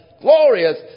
glorious